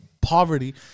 Poverty